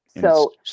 So-